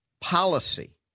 policy